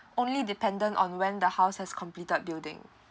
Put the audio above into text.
only dependent on when the house has completed building